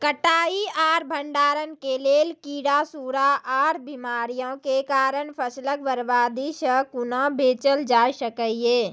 कटाई आर भंडारण के लेल कीड़ा, सूड़ा आर बीमारियों के कारण फसलक बर्बादी सॅ कूना बचेल जाय सकै ये?